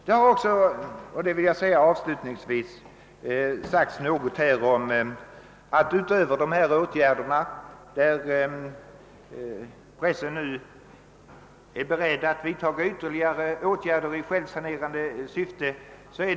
Det har här sagts att pressen nu är beredd att vidta ytterligare åtgärder i självsaneringssyfte utöver de åtgärder som redan vidtagits.